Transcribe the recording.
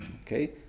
Okay